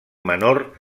menor